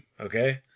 Okay